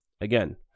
Again